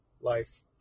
life